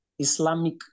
Islamic